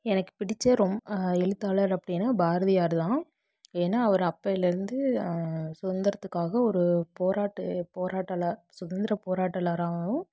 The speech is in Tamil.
எனக்கு பிடித்த எழுத்தாளர் அப்படின்னா பாரதியார்தான் ஏனா அவர் அப்பயிலேருந்து சுதந்திரத்துக்காக ஒரு போராட்டு போராட்டல சுதந்திர போராட்டலராவும்